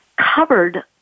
covered